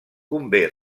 convé